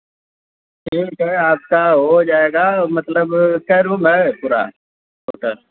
ठीक है आपका हो जाएगा मतलब कए रूम है पूरा टोटल